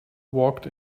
walked